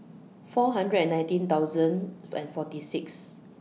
four hundred and nineteen thousand and forty six